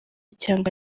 cyangwa